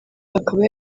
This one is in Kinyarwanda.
akaba